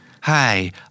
Hi